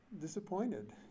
disappointed